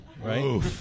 Right